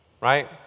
right